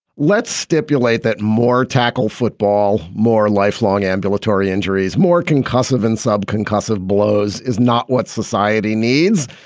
let's stipulate that more tackle football, more lifelong ambulatory injuries, more concussive and subconcussive blows is not what society needs.